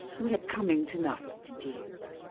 we're coming to-night, dear.